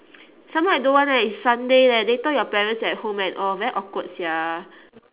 some more I don't want eh it's sunday leh later your parents at home and all very awkward sia